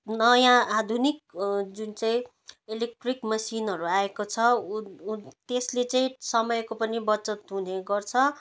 नयाँ आधुनिक जुन चाहिँ इलेक्ट्रिक मेसिनहरू आएको छ ऊ ऊ त्यसले चाहिँ समयको पनि बचत हुने गर्छ